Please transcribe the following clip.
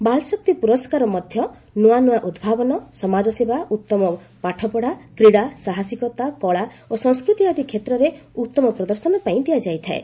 ବାଳଶକ୍ତି ପୁରସ୍କାର ମଧ୍ୟ ନୂଆ ନୂଆ ଉଦ୍ଭାବନ ସମାଜସେବା ଉତ୍ତମ ପାଠପଢ଼ା କ୍ରୀଡ଼ା ସାହସିକତା କଳା ଓ ସଂସ୍କୃତି ଆଦି କ୍ଷେତ୍ରରେ ଉତ୍ତମ ପ୍ରଦର୍ଶନ ପାଇଁ ଦିଆଯାଇଥାଏ